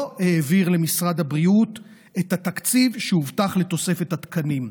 העביר למשרד הבריאות את התקציב שהובטח לתוספת התקנים.